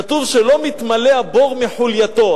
כתוב שלא מתמלא הבור מחולייתו.